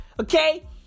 Okay